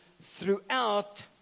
throughout